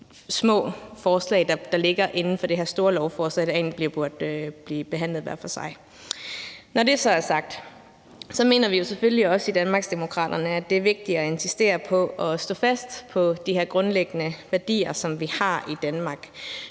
små forslag, der ligger inden for det her store beslutningsforslag, og som egentlig burde blive behandlet hver for sig. Når det så er sagt, mener vi jo selvfølgelig også i Danmarksdemokraterne, at det er vigtigt at insistere på at stå fast på de her grundlæggende værdier, som vi har i Danmark.